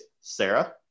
Sarah